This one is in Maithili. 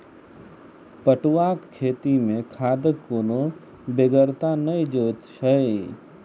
पटुआक खेती मे खादक कोनो बेगरता नहि जोइत छै